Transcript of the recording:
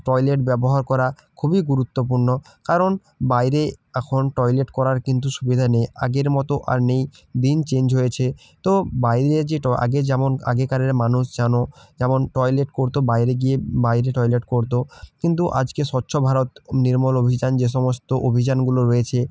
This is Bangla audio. টয়লেট ব্যবহার করা খুবই গুরুত্বপূর্ণ কারণ বাইরে এখন টয়লেট করার কিন্তু সুবিধা নেই আগের মতো আর নেই দিন চেঞ্জ হয়েছে তো বাইরে যে ট আগে যেমন আগেকারের মানুষ যেন যেমন টয়লেট করতো বাইরে গিয়ে বাইরে টয়লেট করতো কিন্তু আজকে স্বচ্ছ ভারত নির্মল অভিযান যে সমস্ত অভিযানগুলো রয়েছে